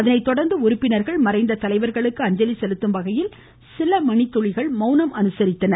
அதனை தொடர்ந்து உறுப்பினர்கள் மறைந்த தலைவர்களுக்கு அஞ்சலி செலுத்தும் வகையில் சில மணி துளிகள் மௌணம் அனுசரித்தனர்